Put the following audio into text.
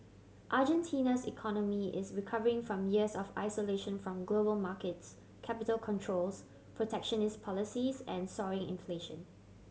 Argentina's economy is recovering from years of isolation from global markets capital controls protectionist policies and soaring inflation